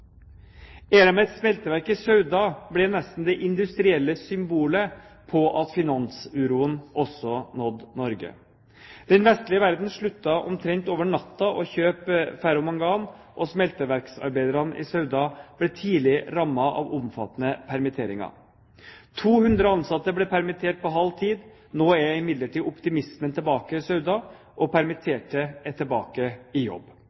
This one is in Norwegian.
smelteverk i Sauda ble nesten det industrielle symbolet på at finansuroen også nådde Norge. Den vestlige verden sluttet omtrent over natten å kjøpe ferromangan, og smelteverksarbeiderne i Sauda ble tidlig rammet av omfattende permitteringer. 200 ansatte ble permittert på halv tid. Nå er imidlertid optimismen tilbake i Sauda, og permitterte er tilbake i jobb.